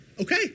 okay